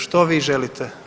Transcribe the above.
Što vi želite?